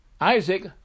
Isaac